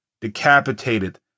decapitated